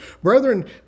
brethren